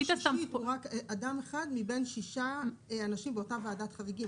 הוא רק אדם אחד מבין שישה אנשים באותה ועדת חריגים.